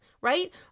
right